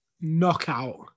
knockout